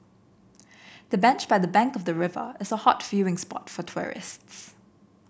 the bench by the bank the river is a hot spot for tourists